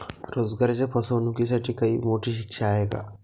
रोजगाराच्या फसवणुकीसाठी काही मोठी शिक्षा आहे का?